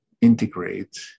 integrate